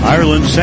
Ireland